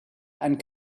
and